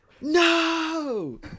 No